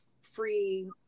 free